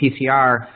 PCR